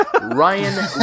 Ryan